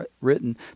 written